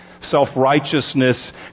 Self-righteousness